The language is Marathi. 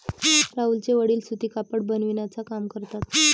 राहुलचे वडील सूती कापड बिनण्याचा काम करतात